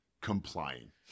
complying